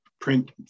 print